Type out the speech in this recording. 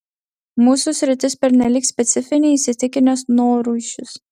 mūsų sritis pernelyg specifinė įsitikinęs noruišis